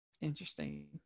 Interesting